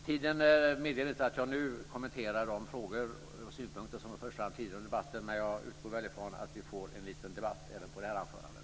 Tiden medger inte att jag nu kommenterar de frågor och synpunkter som har förts fram tidigare i debatten, men jag utgår från att vi får en liten debatt även efter det här anförandet.